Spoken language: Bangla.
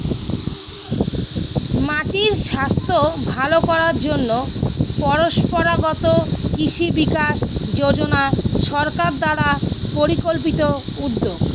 মাটির স্বাস্থ্য ভালো করার জন্য পরম্পরাগত কৃষি বিকাশ যোজনা সরকার দ্বারা পরিকল্পিত উদ্যোগ